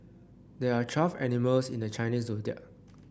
there are twelve animals in the Chinese Zodiac